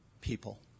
people